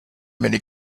many